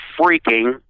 freaking